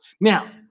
Now